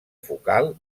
focal